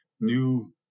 new